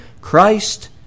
Christ